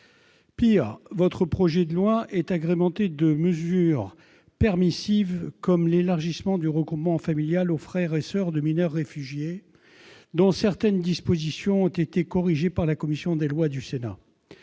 Pis, votre projet de loi est agrémenté de mesures permissives, comme l'élargissement du regroupement familial aux frères et soeurs de mineurs réfugiés, dont certaines dispositions ont été corrigées par la commission des lois du Sénat,